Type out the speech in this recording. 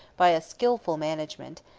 by a skilful management,